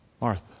Martha